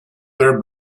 third